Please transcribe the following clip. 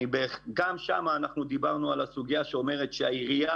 גם שם דיברנו על הסוגיה שאומרת שהעירייה